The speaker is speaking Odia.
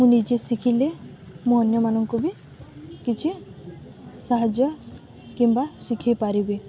ମୁଁ ନିଜେ ଶିଖିଲେ ମୁଁ ଅନ୍ୟମାନଙ୍କୁ ବି କିଛି ସାହାଯ୍ୟ କିମ୍ବା ଶିଖେଇ ପାରିବି